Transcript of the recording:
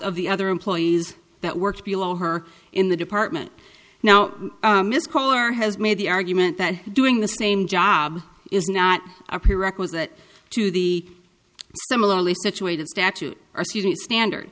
the other employees that work below her in the department now this caller has made the argument that doing the same job is not a prerequisite to the similarly situated statute or student standard